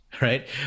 right